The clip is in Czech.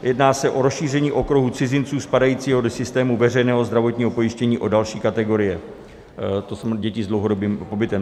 Jedná se o rozšíření okruhu cizinců spadajícího do systému veřejného zdravotního pojištění o další kategorie, to jest děti s dlouhodobým pobytem.